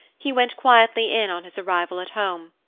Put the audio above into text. he went quietly in on his arrival at home.